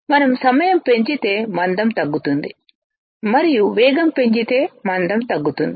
మనం సమయం పెంచితే మందం తగ్గుతుంది మరియు వేగం పెంచితే మందం తగ్గుతుంది